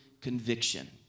conviction